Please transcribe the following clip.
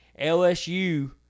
LSU